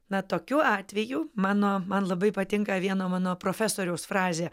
na tokiu atveju mano man labai patinka vieno mano profesoriaus frazė